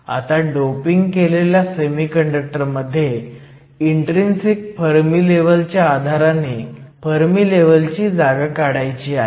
आता डोपिंग केलेल्या सेमीकंडक्टर मध्ये इन्ट्रीन्सिक फर्मी लेव्हलच्या आधाराने फर्मी लेव्हलची जागा काढायची आहे